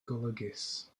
golygus